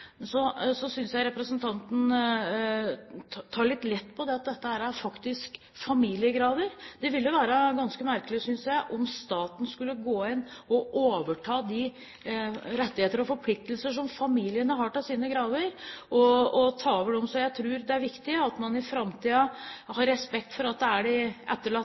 Så synes jeg representanten tar litt lett på at dette faktisk er familiegraver. Det ville være ganske merkelig, synes jeg, om staten skulle gå inn og overta de rettigheter og forpliktelser som familiene har knyttet til sine graver. Jeg tror det er viktig at man i framtiden har respekt for at det er de etterlatte